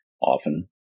often